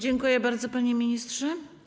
Dziękuję bardzo, panie ministrze.